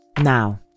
Now